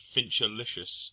Fincherlicious